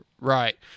Right